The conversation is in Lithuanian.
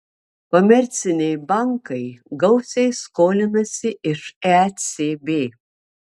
komerciniai bankai gausiai skolinasi iš ecb